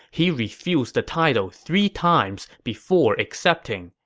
he refused the title three times before accepting,